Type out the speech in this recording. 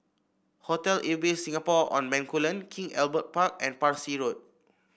Hotel Ibis Singapore On Bencoolen King Albert Park and Parsi Road